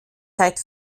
seit